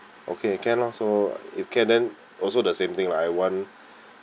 okay can lah so if can then also the same thing lah I want